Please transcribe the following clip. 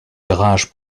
garage